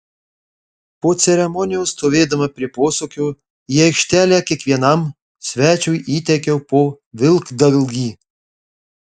po ceremonijos stovėdama prie posūkio į aikštelę kiekvienam svečiui įteikiau po vilkdalgį